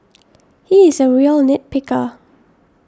he is a real nit picker